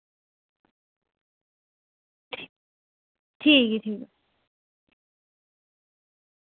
ठीक ठीक